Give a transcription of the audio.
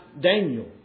Daniel